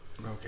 Okay